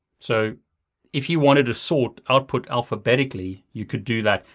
so if you wanted to sort output alphabetically, you could do that.